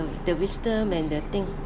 the wisdom and the thing